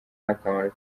n’akamaro